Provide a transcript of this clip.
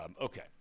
Okay